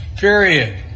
Period